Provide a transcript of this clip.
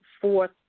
fourth